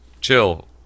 chill